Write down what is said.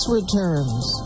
returns